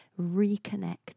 reconnect